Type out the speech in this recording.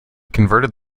converted